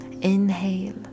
inhale